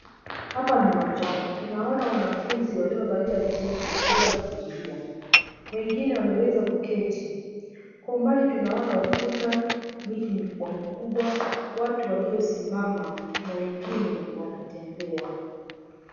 Hapa ni uwanjani. Tunaona wanafunzi waliovaa jeans wakiweza kukimbia. Wengine wameweza kuketi. Kwa mbali tunaona ukuta, miti mikubwa mikubwa, watu waliosimama na wengine wanatembea.